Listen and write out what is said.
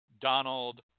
Donald